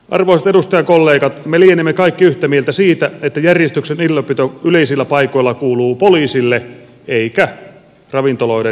arvoisat edustajakollegat me lienemme kaikki yhtä mieltä siitä että järjestyksen ylläpito yleisillä paikoilla kuuluu poliisille eikä ravintoloiden vahtimestareille